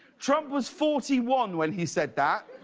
trump was forty one when he said that.